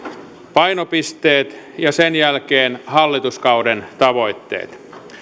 painopisteet ja sen jälkeen hallituskauden tavoitteet